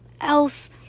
else